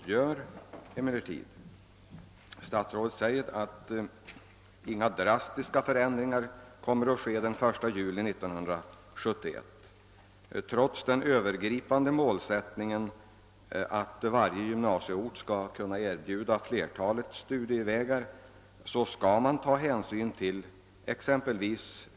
Jag tycker emellertid att de påpekanden statsrådet gör är värdefulla. Inga drastiska förändringar kommer att ske den 1 juli 1971. Trots den övergripande målsättningen att varje gymnasieort skall kunna erbjuda flertalet studievägar skall man ändå ta hänsyn till exempelvis.